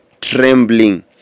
trembling